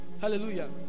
Hallelujah